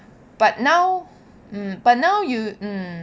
but now um but now you um